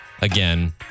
again